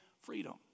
freedom